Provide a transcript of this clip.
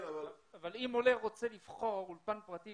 אבל אם עולה רוצה לבחור אולפן פרטי,